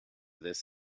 this